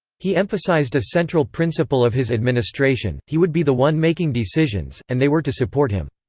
he emphasized a central principle of his administration he would be the one making decisions, and they were to support him.